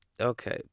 Okay